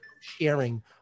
sharing